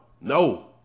No